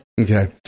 okay